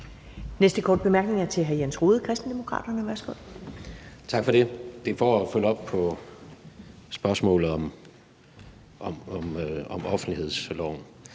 Næste korte bemærkning er til hr. Jens Rohde, Kristendemokraterne. Værsgo. Kl. 12:18 Jens Rohde (KD): Tak for det. Det er for at følge op på spørgsmålet om offentlighedsloven.